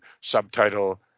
subtitle